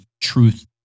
truth